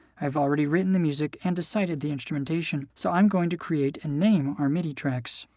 i've already written the music and decided the instrumentation, so i'm going to create and name our midi tracks.